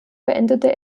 beendete